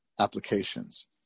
applications